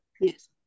Yes